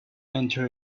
enter